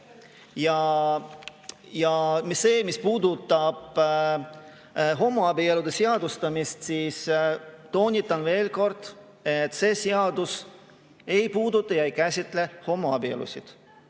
Ja mis puudutab homoabielude seadustamist, siis toonitan veel kord, et see seadus ei puuduta, ei käsitle homoabielusid.